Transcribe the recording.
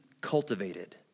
cultivated